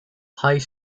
high